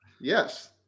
Yes